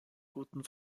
guten